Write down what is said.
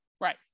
Right